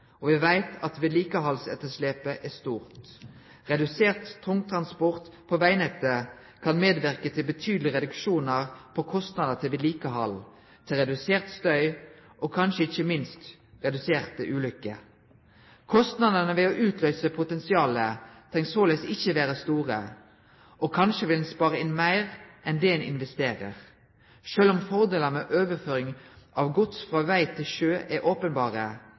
og me veit at vedlikehaldsetterslepet er stort. Redusert tungtransport på vegnettet kan medverke til betydelege reduksjonar i kostnadene til vedlikehald, til redusert støy og kanskje, ikkje minst, til reduserte ulykker. Kostnadene ved å utløyse potensialet treng såleis ikkje vere store, og kanskje vil ein spare inn meir enn det ein investerer. Sjølv om fordelane med overføring av gods frå veg til sjø er